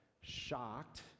shocked